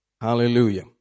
Hallelujah